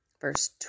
verse